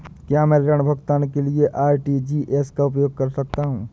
क्या मैं ऋण भुगतान के लिए आर.टी.जी.एस का उपयोग कर सकता हूँ?